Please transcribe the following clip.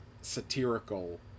satirical